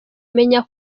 menya